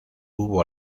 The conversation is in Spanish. hubo